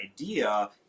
idea